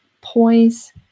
poise